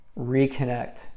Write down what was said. reconnect